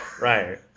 right